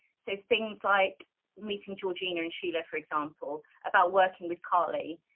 so things like meeting georgina and sheila for example, about working with carly,